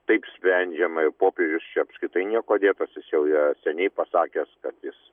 taip spendžiama ir popiežius čia apskritai niekuo dėtas jis jau yra seniai pasakęs kad jis